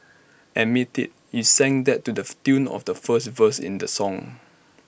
admit IT you sang that to the tune of the first verse in the song